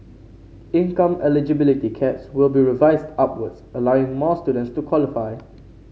income eligibility caps will be revised upwards allowing more students to qualify